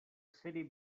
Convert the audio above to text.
city